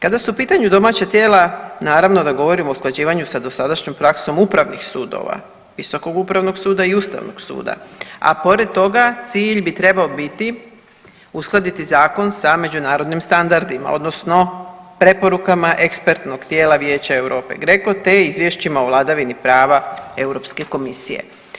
Kada su u pitanju domaća tijela, naravno da govorimo o usklađivanju sa dosadašnjom praksom upravnih sudova Visokog upravnog suda i Ustavnog suda, a pored toga cilj bi trebao biti uskladiti zakon sa međunarodnim standardima odnosno preporukama ekspertnog tijela Vijeća Europe GRECO te izvješćima o vladavini prava Europske komisije.